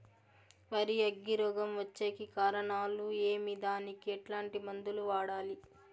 వరి అగ్గి రోగం వచ్చేకి కారణాలు ఏమి దానికి ఎట్లాంటి మందులు వాడాలి?